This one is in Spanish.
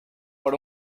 por